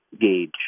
gauge